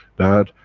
that,